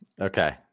okay